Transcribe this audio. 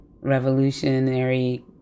revolutionary